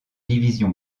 division